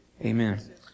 Amen